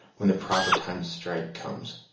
when the proper time to strike comes.